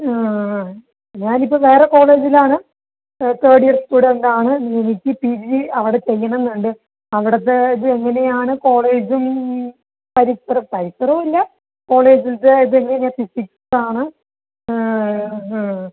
ആ ഞാൻ ഇപ്പോൾ വേറ കോളേജിൽ ആണ് തേർഡ് ഇയർ സ്റ്റുഡന്റ് ആണ് എനിക്ക് പി ജി അവിടെ ചെയ്യണമെന്ന് ഉണ്ട് അവിടത്തെ ഇത് എങ്ങനെ ആണ് കോളേജും പരിസരം പരിസരം ഇല്ല കോളേജിലത്തെ ഇത് ഞാൻ ഫിസിക്സ് ആണ്